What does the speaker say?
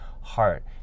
heart